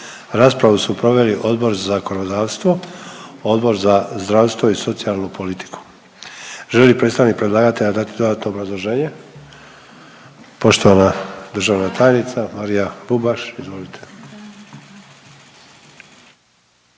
Raspravu su proveli Odbor za zakonodavstvo, Odbor za zdravstvo i socijalnu politiku. Želi li predstavnik predlagatelja dati dodatno obrazloženje? Poštovana državna tajnica Marija Bubaš, izvolite.